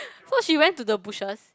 so she went to the bushes